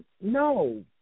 No